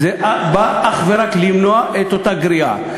זה בא אך ורק למנוע את אותה גריעה.